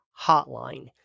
Hotline